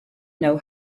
know